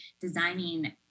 designing